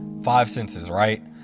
five senses, right?